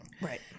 Right